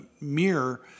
mirror